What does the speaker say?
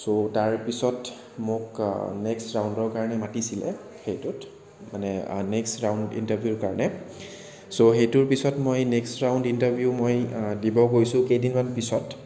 চ' তাৰ পিছত মোক নেক্সট ৰাউণ্ডৰ কাৰণে মাতিছিল সেইটোত মানে নেক্সট ৰাউণ্ড ইণ্টাৰভিউৰ কাৰণে চ' সেইটোৰ পিছত মই নেক্সট ৰাউণ্ড ইণ্টাৰভিউ মই দিব গৈছোঁ কেইদিনমান পিছত